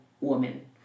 woman